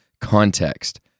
context